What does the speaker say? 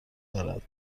دارد